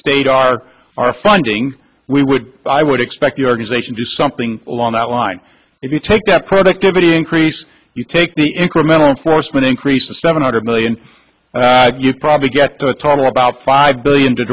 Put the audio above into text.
state our our funding we would i would expect your organization do something along that line if you take that productivity increase you take the incremental enforcement increase to seven hundred million you probably get to talking about five billion